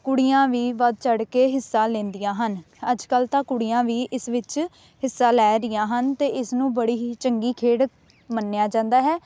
ਕੁੜੀਆਂ ਵੀ ਵੱਧ ਚੜ੍ਹ ਕੇ ਹਿੱਸਾ ਲੈਂਦੀਆਂ ਹਨ ਅੱਜ ਕੱਲ੍ਹ ਤਾਂ ਕੁੜੀਆਂ ਵੀ ਇਸ ਵਿੱਚ ਹਿੱਸਾ ਲੈ ਰਹੀਆਂ ਹਨ ਅਤੇ ਇਸ ਨੂੰ ਬੜੀ ਹੀ ਚੰਗੀ ਖੇਡ ਮੰਨਿਆ ਜਾਂਦਾ ਹੈ